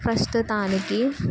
ప్రస్తుతానికి